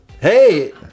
Hey